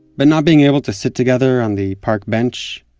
but not being able to sit together on the park bench,